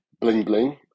bling-bling